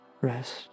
Rest